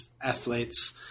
athletes